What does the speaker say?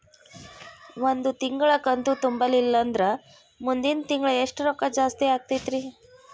ಒಂದು ತಿಂಗಳಾ ಕಂತು ತುಂಬಲಿಲ್ಲಂದ್ರ ಮುಂದಿನ ತಿಂಗಳಾ ಎಷ್ಟ ರೊಕ್ಕ ಜಾಸ್ತಿ ಆಗತೈತ್ರಿ?